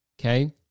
okay